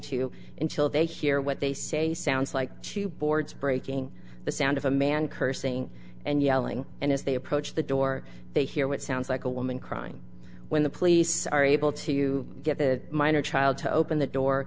to until they hear what they say sounds like she boards breaking the sound of a man cursing and yelling and as they approach the door they hear what sounds like a woman crying when the police are able to get the minor child to open the door